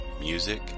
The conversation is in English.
music